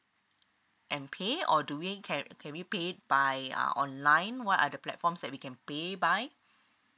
and pay or do we can can we pay by uh online what are the platforms that we can pay by